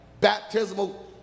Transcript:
baptismal